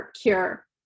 cure